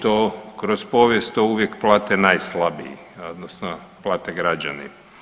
Očito kroz povijest to uvijek plate najslabiji, odnosno plate građani.